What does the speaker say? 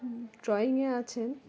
ড্রয়িংয়ে আছেন